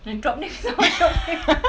ah drop names some more drop names